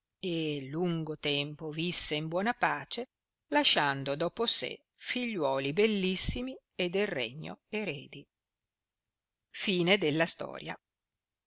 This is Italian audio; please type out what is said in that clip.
e lungo tempo visse in buona pace lasciando dopo sé figliuoli bellissimi e del regno eredi